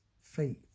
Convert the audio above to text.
faith